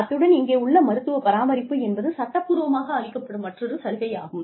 அத்துடன் இங்கே உள்ள மருத்துவ பராமரிப்பு என்பது சட்டப்பூர்வமாக அளிக்கப்படும் மற்றொரு சலுகையாகும்